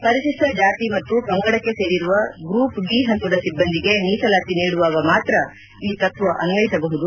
ಪರಿಶಿಷ್ಟ ಜಾತಿ ಮತ್ತು ಪಂಗಡಕ್ಕೆ ಸೇರಿರುವ ಗ್ರೂಪ್ ಡಿ ಹಂತದ ಸಿಬ್ಬಂದಿಗೆ ಮೀಸಲಾತಿ ನೀಡುವಾಗ ಮಾತ್ರ ಈ ತತ್ವ ಅನ್ವಯಿಸಬಹುದು